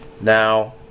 Now